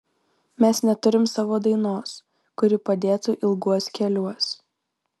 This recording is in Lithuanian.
mes neturim savo dainos kuri padėtų ilguos keliuos